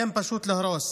כן, פשוט להרוס.